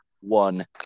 one